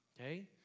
Okay